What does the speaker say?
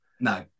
No